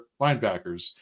linebackers